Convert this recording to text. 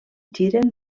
giren